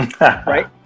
right